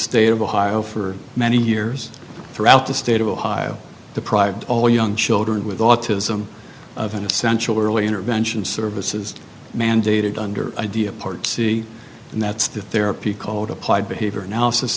state of ohio for many years throughout the state of ohio deprived all young children with autism of an essential early intervention services mandated under idea part c and that's the therapy called applied behavior analysis